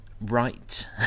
right